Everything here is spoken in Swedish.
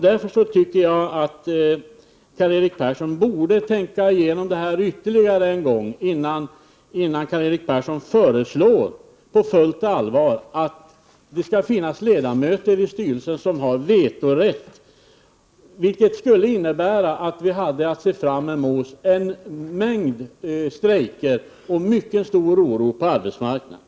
Därför tycker jag att Karl-Erik Persson borde tänka igenom detta ytterligare en gång, innan Karl-Erik Persson på fullt allvar föreslår att det skall finnas ledamöter i styrelsen som har vetorätt. Det skulle Prot. 1988/89:45 innebära att vi hade att se fram emot en mängd strejker och mycken stor oro 14 december 1988 på arbetsmarknaden.